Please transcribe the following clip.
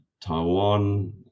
Taiwan